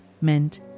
meant